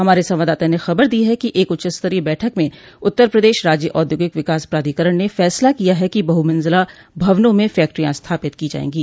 हमारे संवाददाता ने खबर दी है कि एक उच्चस्तरीय बैठक में उत्तर प्रदेश राज्य औद्योगिक विकास प्राधिकरण ने फैसला किया कि बहुमंजिला भवनों में फैक्टरियां स्थापित की जाएंगी